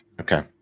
Okay